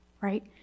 right